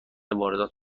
واردات